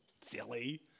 silly